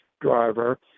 driver